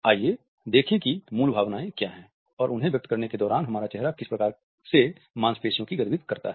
आइए देखें कि ये मूल भावनाएं क्या हैं और उन्हें व्यक्त करने के दौरान हमारा चेहरा किस प्रकार से मांसपेशियों की गतिविधि करता है